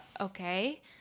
okay